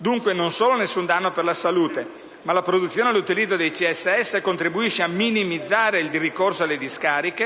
Dunque, non solo non c'è nessun danno per la salute, ma la produzione e l'utilizzo dei CSS contribuisce a minimizzare il ricorso alle discariche